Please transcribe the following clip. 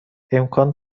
امکان